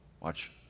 Watch